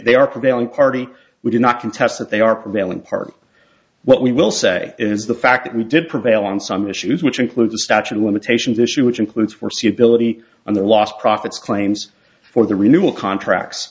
they are prevailing party we do not contest that they are prevailing party what we will say is the fact that we did prevail on some issues which include the statute of limitations issue which includes foreseeability on the lost profits claims for the renewal contracts